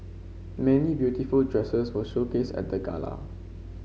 many beautiful dresses were showcased at the gala